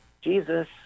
Jesus